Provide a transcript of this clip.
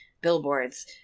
billboards